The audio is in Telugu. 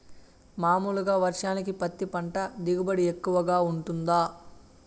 మామూలుగా వర్షానికి పత్తి పంట దిగుబడి ఎక్కువగా గా వుంటుందా?